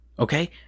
Okay